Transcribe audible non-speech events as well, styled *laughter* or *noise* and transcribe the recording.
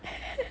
*laughs*